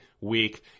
week